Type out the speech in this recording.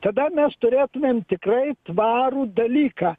tada mes turėtumėm tikrai tvarų dalyką